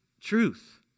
truth